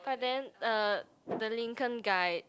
but then uh the Lincoln guy